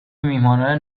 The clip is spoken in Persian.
میهمانان